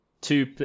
two